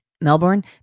Melbourne